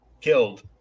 killed